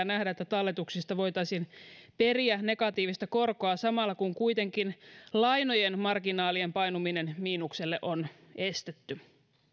nähdä että talletuksista voitaisiin periä negatiivista korkoa samalla kun kuitenkin lainojen marginaalien painuminen miinukselle on estetty